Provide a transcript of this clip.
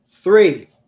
Three